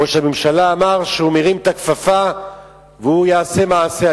ראש הממשלה אמר שהוא מרים את הכפפה והוא יעשה מעשה.